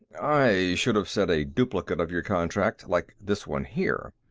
i should have said a duplicate of your contract like this one here.